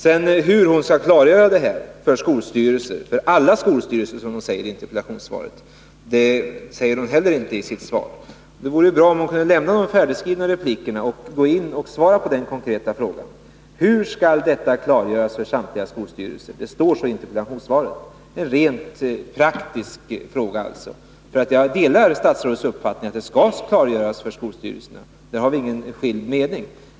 Hur statsrådet sedan skall klargöra detta för skolstyrelserna säger hon inte heller i sitt svar. Det vore bra om hon kunde lämna de färdigskrivna replikerna och svara på den konkreta frågan. Hur skall alltså detta klargöras för ”alla skolstyrelser”, som det står i interpellationssvaret? Jag delar statsrådets uppfattning att det skall klargöras för skolstyrelserna — det har vi inga skilda meningar om.